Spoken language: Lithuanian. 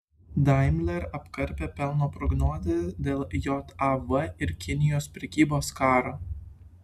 daimler apkarpė pelno prognozę dėl jav ir kinijos prekybos karo